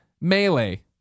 melee